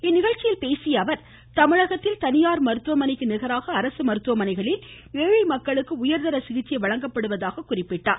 இந்நிகழ்ச்சியில் பேசியஅவர் தமிழகத்தில் தனியார் மருத்துவமனைக்கு நிகராக மருத்துவமனைகளில் ஏழை மக்களுக்கு உயர்தர சிகிச்சை அரசு வழங்கப்படுவதாக குறிப்பிட்டார்